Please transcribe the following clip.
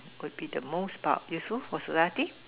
would be the most but useful for society